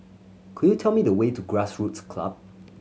could you tell me the way to Grassroots Club